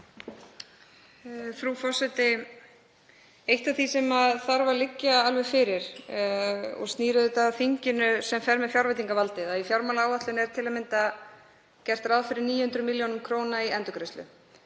Frú forseti. Eitt af því sem þarf að liggja alveg fyrir og snýr að þinginu sem fer með fjárveitingavaldið er að í fjármálaáætlun er til að mynda gert ráð fyrir 900 millj. kr. í endurgreiðslu.